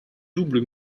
double